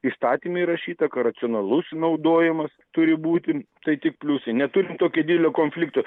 įstatyme įrašyta kad racionalus naudojimas turi būti tai tik pliusai neturim tokio didelio konflikto